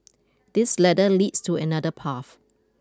this ladder leads to another path